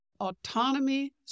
autonomy